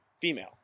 female